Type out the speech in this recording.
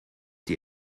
die